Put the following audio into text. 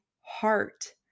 heart